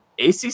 ACC